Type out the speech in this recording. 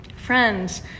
Friends